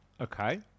Okay